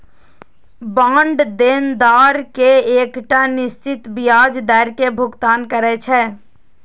bond देनदार कें एकटा निश्चित ब्याज दर के भुगतान करै छै